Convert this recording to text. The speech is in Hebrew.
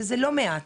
שזה לא מעט.